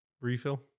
refill